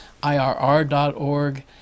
IRR.org